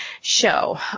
show